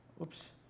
Oops